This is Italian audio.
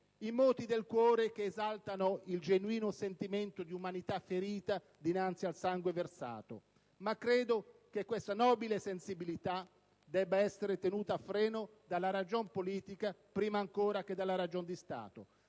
i moti del cuore che esaltano il genuino sentimento di umanità ferita dinanzi al sangue versato, ma credo che questa nobile sensibilità debba essere tenuta a freno, dalla ragion politica prima ancora che dalla ragione di Stato,